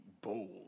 bold